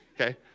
Okay